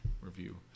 review